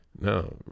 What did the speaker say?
No